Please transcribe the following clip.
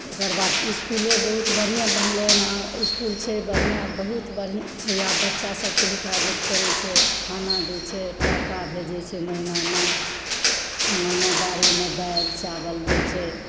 तकर बाद इसकुलो बहुत बढ़िऑं बनलै जेना इसकुल छै बढ़िऑं बहुत बढ़ऑं छै आ बच्चा सब के हिफाजत करै छै खाना दै छै टाका भेजै छै महिनामे अङ्गनोबाड़ीमे दालि चावल दै छै